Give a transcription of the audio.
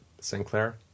Sinclair